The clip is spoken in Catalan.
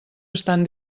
estan